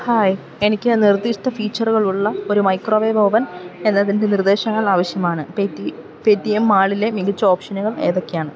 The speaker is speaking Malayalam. ഹായ് എനിക്ക് നിർദിഷ്ട ഫീച്ചറുകളുള്ള ഒരു മൈക്രോവേവ് ഓവൻ നിർദ്ദേശങ്ങൾ ആവശ്യമാണ് പേ റ്റി എം മാളിലെ മികച്ച ഓപ്ഷനുകൾ ഏതൊക്കെയാണ്